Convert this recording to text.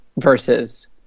versus